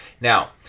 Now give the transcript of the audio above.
now